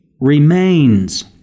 remains